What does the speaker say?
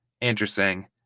Interesting